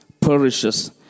perishes